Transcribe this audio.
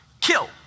kill